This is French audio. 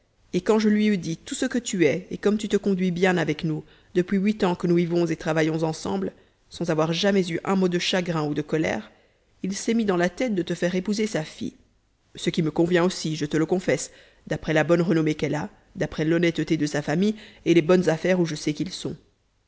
et quand je lui eus dit tout ce que tu es et comme tu te conduis bien avec nous depuis huit ans que nous vivons et travaillons ensemble sans avoir jamais eu un mot de chagrin ou de colère il s'est mis dans la tête de te faire épouser sa fille ce qui me convient aussi je te le confesse d'après la bonne renommée qu'elle a d'après l'honnêteté de sa famille et les bonnes affaires où je sais qu'ils sont